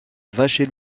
vacher